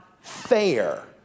fair